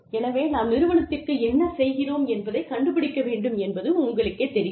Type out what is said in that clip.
எனவே நாம் நிறுவனத்திற்கு என்ன செய்கிறோம் என்பதைக் கண்டுபிடிக்க வேண்டும் என்பது உங்களுக்கேத் தெரியும்